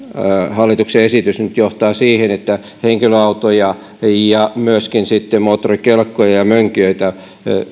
hallituksen esitys nyt johtaa siihen että henkilöautoja ja myöskin moottorikelkkoja ja mönkijöitä